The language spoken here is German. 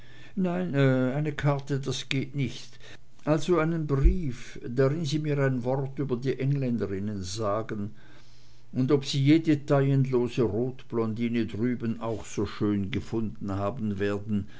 nein eine karte das geht nicht also einen brief darin sie mir ein wort über die engländerinnen sagen und ob sie jede taillenlose rotblondine drüben auch so schön gefunden haben werden